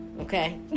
Okay